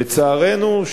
לצערנו,